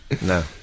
no